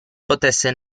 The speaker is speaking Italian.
potesse